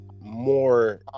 more